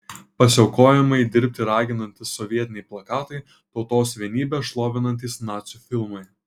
pasiaukojamai dirbti raginantys sovietiniai plakatai tautos vienybę šlovinantys nacių filmai